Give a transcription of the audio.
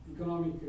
economic